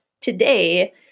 today